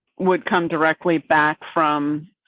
would come directly back from.